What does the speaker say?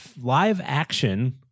live-action